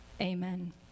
Amen